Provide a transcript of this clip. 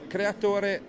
creatore